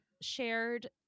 shared